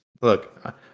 Look